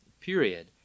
period